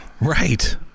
Right